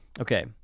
Okay